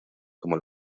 como